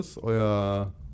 euer